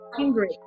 angry